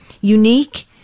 unique